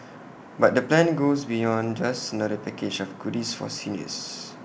but the plan goes beyond just another package of goodies for seniors